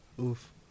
oof